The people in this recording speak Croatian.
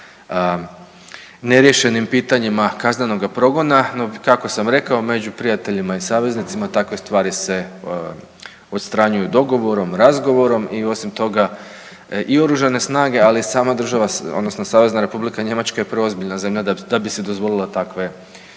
neriješenim pitanjima kaznenoga progona. No, kako sam rekao među prijateljima i saveznicima takve stvari se odstranjuju dogovorom, razgovorom. I osim toga i oružane snage, ali i sama država odnosno Savezna Republika Njemačka je preozbiljna da bi si dozvolila takve